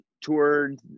toured